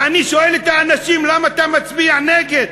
ואני שואל את האנשים: למה אתה מצביע נגד?